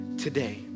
Today